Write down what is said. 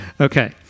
Okay